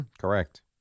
correct